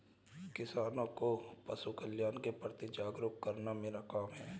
किसानों को पशुकल्याण के प्रति जागरूक करना मेरा काम है